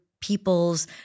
people's